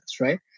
right